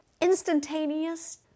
instantaneous